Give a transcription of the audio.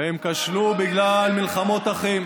והן כשלו בגלל מלחמות אחים.